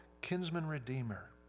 kinsman-redeemer